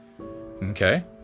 Okay